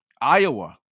Iowa